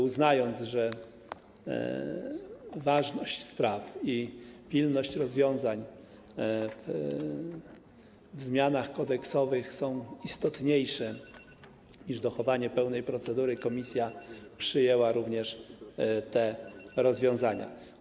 Uznaliśmy, że ważność spraw i pilność rozwiązań w zamianach kodeksowych są istotniejsze niż dochowanie pełnej procedury, dlatego komisja przyjęła również te rozwiązania.